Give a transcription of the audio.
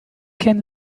can